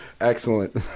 Excellent